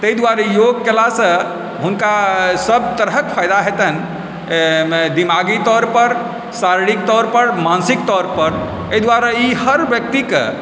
तैं दुआरे योग कयलासँ हुनका सब तरहक फायदा हेतनि दिमागी तौरपर शारीरिक तौरपर मानसिक तौरपर एहि दुआरे ई हर व्यक्तिके